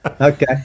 Okay